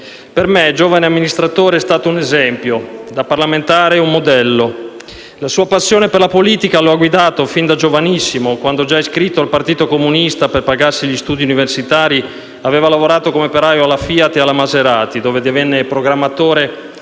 Per me, giovane amministratore, è stato un esempio; da parlamentare, un modello. La sua passione per la politica lo ha guidato fin da giovanissimo, quando, già iscritto al Partito Comunista, per pagarsi gli studi universitari aveva lavorato come operaio alla Fiat e alla Maserati, dove divenne programmatore